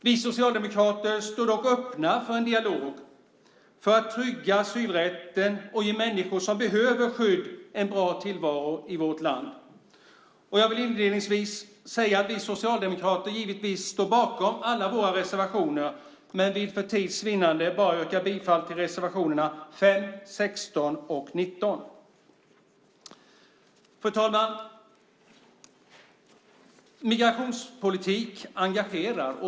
Vi socialdemokrater står dock öppna för en dialog för att trygga asylrätten och ge människor som behöver skydd en bra tillvaro i vårt land. Jag vill inledningsvis säga att vi socialdemokrater givetvis står bakom alla våra reservationer, men jag vill för tids vinnande bara yrka bifall till reservationerna 5, 16 och 19. Fru talman! Migrationspolitik engagerar.